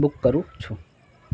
book કરું છું